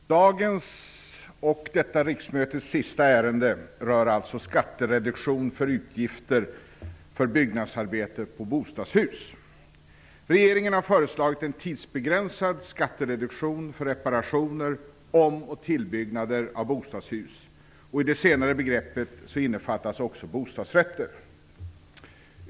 Herr talman! Dagens och detta riksmötes sista ärende rör alltså skattereduktion för utgifter för byggnadsarbete på bostadshus. Regeringen har föreslagit en tidsbegränsad skattereduktion för reparationer, omoch tillbyggnader av bostadshus. I det senare begreppet innefattas också bostadsrätter.